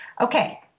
okay